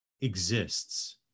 exists